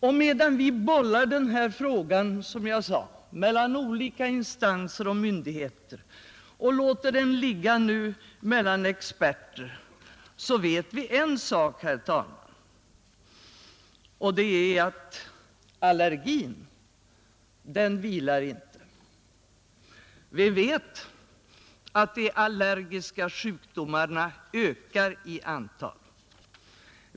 Och medan vi bollar den här frågan, som jag sade, mellan olika instanser och myndigheter och låter den ligga nu hos experter, så vet vi en sak, herr talman, och det är att allergin vilar inte. Vi vet att de allergiska sjukdomarna ökar i antal.